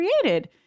created